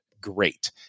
great